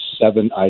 seven